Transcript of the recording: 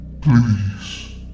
Please